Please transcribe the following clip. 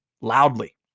loudly